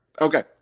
Okay